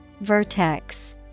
Vertex